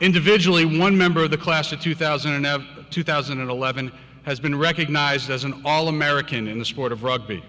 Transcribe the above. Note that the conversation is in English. individually one member of the class of two thousand and two thousand and eleven has been recognized as an all american in the sport of rugby